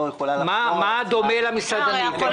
יכולה להמשיך --- מה דומה למסעדנים?